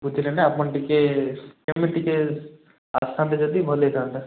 ବୁଝିଲେ ନା ଆପଣ ଟିକେ କେମିତି ଟିକେ ଆସିଥାନ୍ତେ ଯଦି ଭଲ ହେଇଥାନ୍ତା